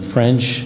French